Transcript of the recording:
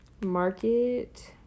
Market